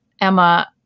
Emma